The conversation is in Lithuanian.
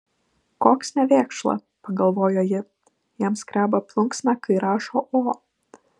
koks nevėkšla pagalvojo ji jam skreba plunksna kai rašo o